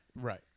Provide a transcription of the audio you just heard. Right